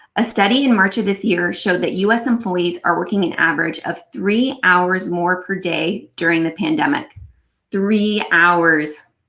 a study in march of this year showed us employees are working an average of three hours more per day during the pandemic three hours!